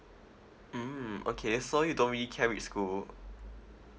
mm okay so you don't really care which school